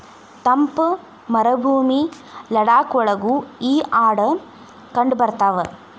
ತಂಪ ಮರಭೂಮಿ ಲಡಾಖ ಒಳಗು ಈ ಆಡ ಕಂಡಬರತಾವ